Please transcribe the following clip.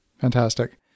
Fantastic